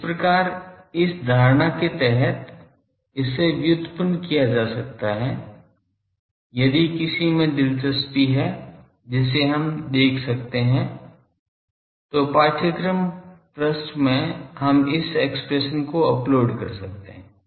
इस प्रकार इस धारणा के तहत इसे व्युत्पन्न किया जा सकता है यदि किसी में दिलचस्पी है जिसे हम देख सकते हैं तो पाठ्यक्रम पृष्ठ में हम इस एक्सप्रेशन को अपलोड कर सकते हैं